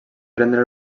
prendre